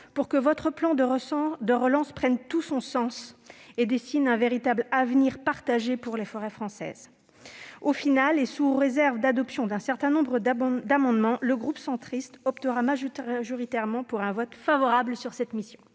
pour que votre plan de relance prenne tout son sens et dessine un véritable avenir partagé pour les forêts françaises. Sous réserve de l'adoption d'un certain nombre d'amendements, le groupe Union Centriste optera majoritairement pour un vote favorable sur les crédits